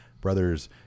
brothers